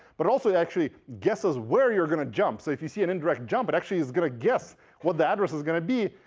but also actually guesses where you're going to jump. so if you see an indirect jump, it but actually is going to guess what the address is going to be.